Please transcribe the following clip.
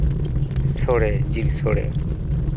ᱥᱚᱲᱮ ᱡᱤᱞ ᱥᱚᱲᱮ